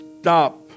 stop